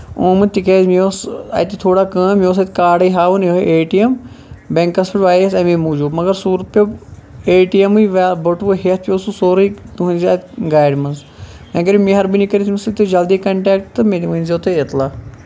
آمُت تِکیازِ یہِ اوس اَتہِ تھوڑا کٲم مےٚ اوس اَتہِ کاڈٕے ہاوُن یِہوے اے ٹی اٮ۪م بینکَس پٮ۪ٹھ بہٕ آیس امی موٗجوٗب مَگر سورُے پیٚو اے ٹی اٮ۪مٕے بٔٹوٕ ہیٚتھ پیٚو سُہ سورُے تُہنزِ اتھ گاڑِ منٛز اَگر مہربٲنی کٔرِتھ أمِس سۭتۍ تُہۍ جلدی کَنٹیکٹ مےٚ تہِ ؤنۍ زیو تُہۍ عطلا